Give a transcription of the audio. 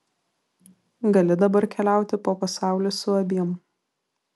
gali dabar keliauti po pasaulį su abiem